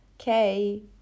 Okay